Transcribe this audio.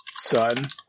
Son